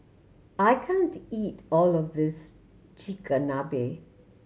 I can't eat all of this Chigenabe